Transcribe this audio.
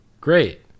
Great